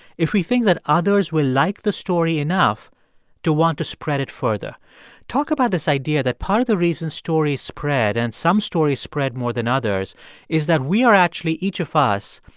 if we think that others will like the story enough to want to spread it further talk about this idea that part of the reason stories spread and some stories spread more than others is that we are actually, each of us,